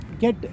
get